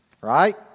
right